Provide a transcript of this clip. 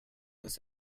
this